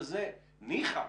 וזה ניחא.